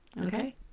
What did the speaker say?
Okay